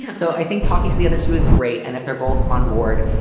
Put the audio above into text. yeah so i think talking to the other shoe is great. and if they're both onboard,